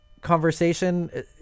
conversation